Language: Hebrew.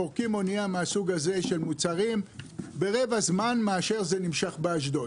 פורקים אנייה מהסוג הזה של מוצרים ברבע זמן מאשר זה נמשך באשדוד.